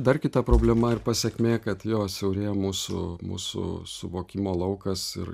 dar kita problema ir pasekmė kad jo siaurėja mūsų mūsų suvokimo laukas ir